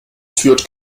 führt